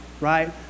right